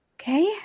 okay